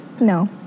No